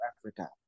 Africa